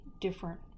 different